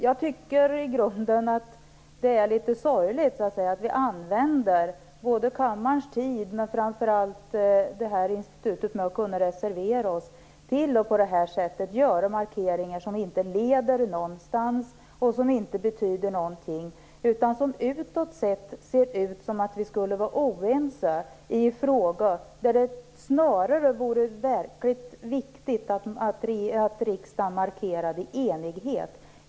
Jag tycker att det i grunden är litet sorgligt att man använder kammarens tid och framför allt institutet att kunna reservera sig till att göra markeringar som inte leder någonstans och som inte betyder någonting, utan som utåt sett bidrar till att det framstår som att vi skulle vara oense i en fråga där det är verkligt viktigt att riksdagen markerar enighet.